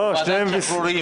ועדת שחרורים --- לא,